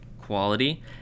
quality